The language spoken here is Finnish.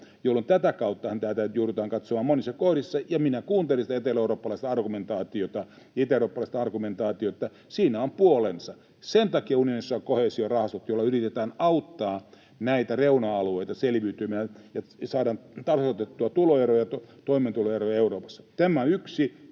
jolloin tätä kauttahan tätä nyt joudutaan katsomaan monissa kohdissa. Minä kuuntelin sitä eteläeurooppalaista argumentaatiota ja itäeurooppalaista argumentaatiota. Siinä on puolensa. Sen takia unionissa on koheesiorahastot, joilla yritetään auttaa näitä reuna-alueita selviytymään ja saadaan tasoitettua tuloeroja, toimeentuloeroja Euroopassa.